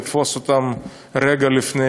לתפוס אותם רגע לפני.